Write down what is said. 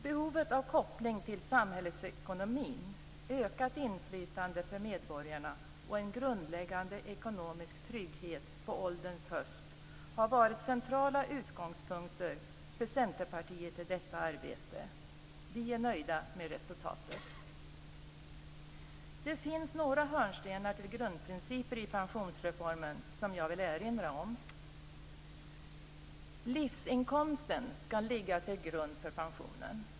Behovet av koppling till samhällsekonomin, ökat inflytande för medborgarna och en grundläggande ekonomisk trygghet på ålderns höst har varit centrala utgångspunkter för Centerpartiet i detta arbete. Vi är nöjda med resultatet. Det finns några hörnstenar eller grundprinciper i pensionsreformen som jag vill erinra om: Livsinkomsten skall ligga till grund för pensionen.